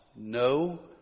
No